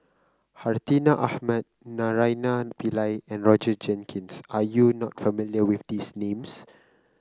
Hartinah Ahmad Naraina Pillai and Roger Jenkins are you not familiar with these names